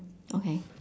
okay